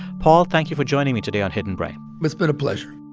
paul, thank you for joining me today on hidden brain it's been a pleasure